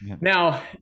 Now